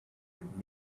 would